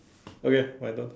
okay my turn